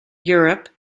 europe